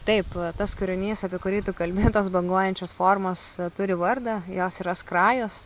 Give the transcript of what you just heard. taip tas kūrinys apie kurį tu kalbi tos banguojančios formos turi vardą jos yra skrajos